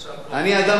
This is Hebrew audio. אני אדם מאמין.